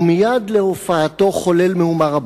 ומייד עם הופעתו חולל מהומה רבה.